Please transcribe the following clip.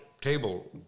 table